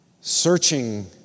searching